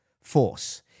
force